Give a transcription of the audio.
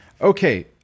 Okay